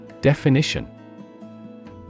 Definition